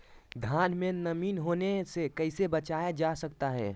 धान में नमी होने से कैसे बचाया जा सकता है?